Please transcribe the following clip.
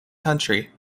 country